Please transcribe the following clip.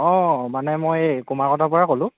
অঁ মানে মই এই কুমাৰকটাৰ পৰা ক'লোঁ